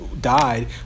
died